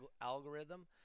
algorithm